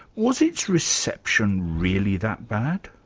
was its reception really that bad?